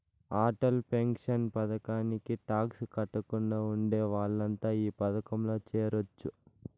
Atal pension పథకానికి tax కట్టకుండా ఉండే వాళ్లంతా ఈ పథకంలో చేరొచ్చు